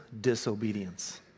disobedience